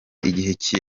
iki